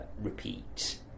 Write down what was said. repeat